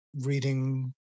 reading